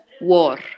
war